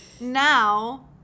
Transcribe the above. Now